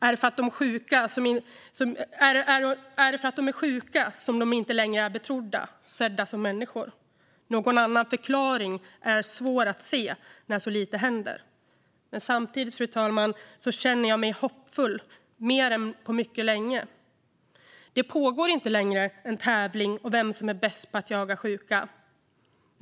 Är det för att de är sjuka som de inte längre är betrodda eller ses som människor? Någon annan förklaring är svår att se när så lite händer. Men samtidigt, fru talman, känner jag mig mer hoppfull än på mycket länge. Det pågår inte längre en tävling om vem som är bäst på att jaga sjuka.